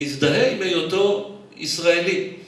‫הזדהה עם היותו ישראלי.